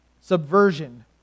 Subversion